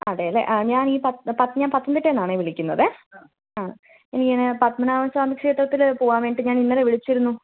അതെ അല്ലേ ആ ഞാൻ ഈ ഞാൻ ഈ പത്തനംതിട്ടയിൽ നിന്നാണേ വിളിക്കുന്നതേ ആ ആ എനിക്ക് ഇങ്ങനെ പത്മനാഭസ്വാമി ക്ഷേത്രത്തിൽ പോകാൻ വേണ്ടിയിട്ട് ഞാൻ ഇന്നലെ വിളിച്ചിരുന്നു